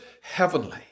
heavenly